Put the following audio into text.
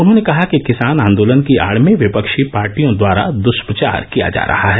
उन्होंने कहा कि किसान आंदोलन की आड़ में विपक्षी पार्टियों द्वारा दुष्प्रचार किया जा रहा है